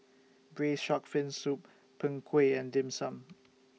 Braised Shark Fin Soup Png Kueh and Dim Sum